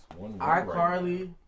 iCarly